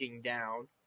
down